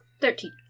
Thirteen